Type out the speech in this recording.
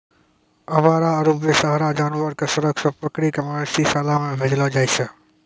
आवारा आरो बेसहारा जानवर कॅ सड़क सॅ पकड़ी कॅ मवेशी शाला मॅ भेजलो जाय छै